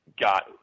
got